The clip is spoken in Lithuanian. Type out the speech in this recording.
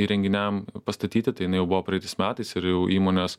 įrenginiam pastatyti tai jinai jau buvo praeitais metais ir jau įmonės